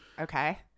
Okay